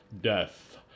death